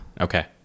Okay